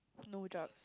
no drugs